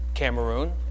Cameroon